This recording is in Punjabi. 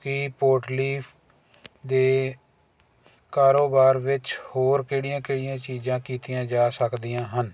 ਹੀ ਪੋਰਟਲੀਫ ਦੇ ਕਾਰੋਬਾਰ ਵਿੱਚ ਹੋਰ ਕਿਹੜੀਆਂ ਕਿਹੜੀਆਂ ਚੀਜ਼ਾਂ ਕੀਤੀਆਂ ਜਾ ਸਕਦੀਆਂ ਹਨ